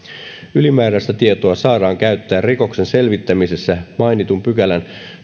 ylimääräistä tietoa saadaan käyttää rikoksen selvittämisessä mainitun pykälän